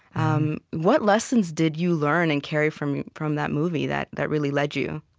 um what lessons did you learn and carry from from that movie that that really led you?